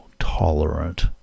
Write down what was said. Tolerant